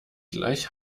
gleich